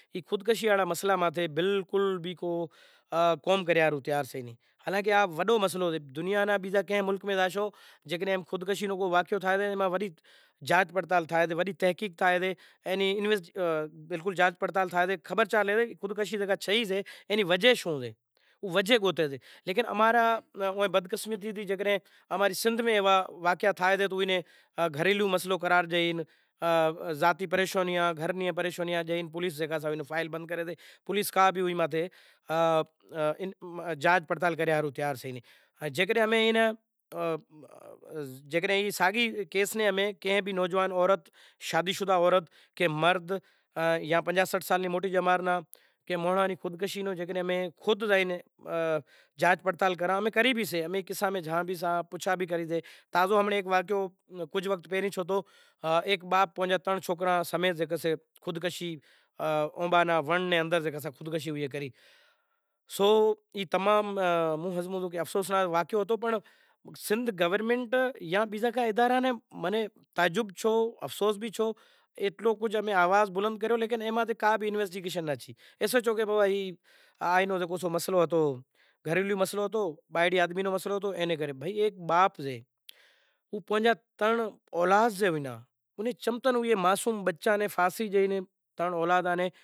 اینی وجہ سئ جیکو بھی مٹ مائیٹ جیکو بھی حال سئے دعوت ہالاں سی، بدہاں نے انیں ایوے نمونے تے کام کراں سیں اکثر اے کراوی چہ گرین مائنڑاں، گریب مائنڑاں سی ایں اینا لاوا وئی چیز میں پوری نتھی پڑیئا ایکتا ٹھیک سئہ ناں، پہریں وات ای سے کی اماں را سوکراں ناں بھی ایتلی تعلیم نتھی ڈیوی سے چم کہ ام کن پیشو نتھی، پیشو ای سئے کہ چار پانس سو روپیا کمایا سیں۔ ہوارے ناں کمایاسے ہاز ناں چار پانس شو شتم تھی گیا شے۔ پرورش متھے نتھی تھیاشی۔ مطلب تعلیم وگیرا ایئاں لگڑاں لا ایئا گھموں پھروں تعلیم اہم سئے کیا جیہڑا آز سبق ہالو پسے ہفتا سیڑے پسےسبق ہالو ایوا نمونے پریشانیوں تو زام سئے پر چہ کے ناں ہنبھڑائوں۔ ای وجہ تے جیکو بھی حال سئے او سبزی وگیرا یکو بھی سئے ہوا ناں اٹھا سیں پرماتما رو نام لیئے منڈیئے زایا سے، منڈی ماہ بار بچاں نوں چار پانس سو روپیا زیکو بھی زڑے گزار کراں سیں انے لاوے گھر کو لوڈ چانہیں پانڑی وگیرا زیکو بھی چیزوں سئہ ای چیزوں امیں استعمال کراں سیں، اے ناں علاواہ ہمیں کلوک ڈیڈہ آرام کرے وری امیں بنیئیں زایا سے بنی ماہ بار بچو سیں مت کام کراسیئاں، گھر میں تقریبن چار پانس بھاتی ہوتا چار پانس سو روپیا ہمیں اسعمال کراسیئاں چم کہ بنیاں را ریٹ تو دن میں سڑتا زائی رئیا، چا رے پناہ ہزار سے، چا رے سٹھ ہزار سے زمیندار تو ودھاوتا زائیسیں مطلب ہاری جیکو بھی رہیو ای سدائیں سوراں ماہ ہوئیسے۔